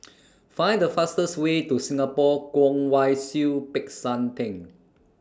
Find The fastest Way to Singapore Kwong Wai Siew Peck San Theng